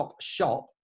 shop